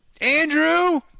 Andrew